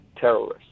terrorists